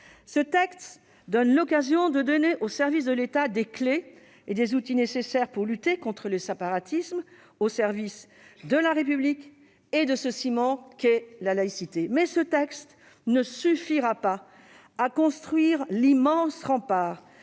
Ce texte nous permet de donner aux services de l'État des clés et des outils nécessaires pour lutter contre le séparatisme au service de la République et de ce ciment qu'est la laïcité. Néanmoins, il ne suffira pas à construire l'immense rempart